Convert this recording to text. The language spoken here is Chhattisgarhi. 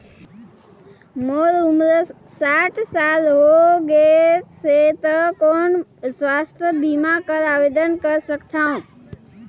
मोर उम्र साठ साल हो गे से त कौन मैं स्वास्थ बीमा बर आवेदन कर सकथव?